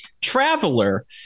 traveler